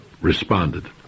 responded